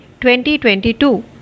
2022